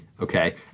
Okay